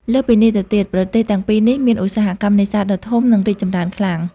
លើសពីនេះទៅទៀត ប្រទេសទាំងពីរនេះមានឧស្សាហកម្មនេសាទដ៏ធំ និងរីកចម្រើនខ្លាំង។